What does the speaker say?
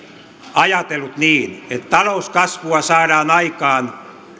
ajatellut niin että talouskasvua saadaan aikaan